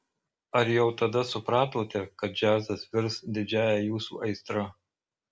ar jau tada supratote kad džiazas virs didžiąja jūsų aistra